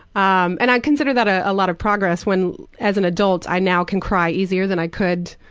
um and i consider that a lot of progress when as an adult i now can cry easier than i could,